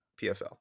PFL